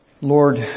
Lord